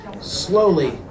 slowly